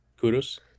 Kudos